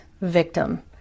victim